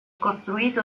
costruito